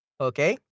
Okay